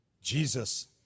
Jesus